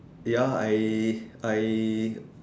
ya I I